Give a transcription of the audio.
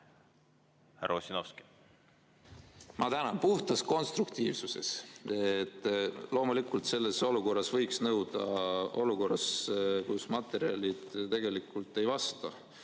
Ma tänan puhtast konstruktiivsusest! Loomulikult, selles olukorras võiks [muud] nõuda, kuna materjalid tegelikult ei vasta